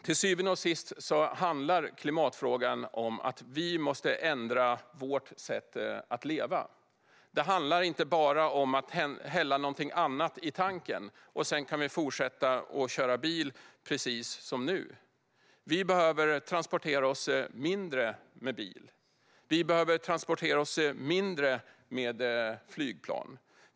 Till syvende och sist handlar klimatfrågan om att vi måste ändra vårt sätt att leva. Det handlar inte bara om att hälla någonting annat i tanken och att vi sedan kan fortsätta att köra bil precis som nu. Vi behöver transportera oss mindre med bil. Vi behöver transportera oss mindre med flygplan.